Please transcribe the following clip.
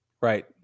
Right